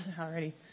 already